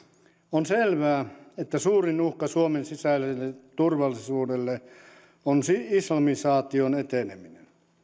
on selvää että suurin uhka suomen sisäiselle turvallisuudelle on islamisaation eteneminen